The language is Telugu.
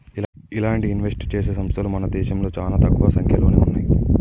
ఇలాంటి ఇన్వెస్ట్ చేసే సంస్తలు మన దేశంలో చానా తక్కువ సంక్యలోనే ఉన్నయ్యి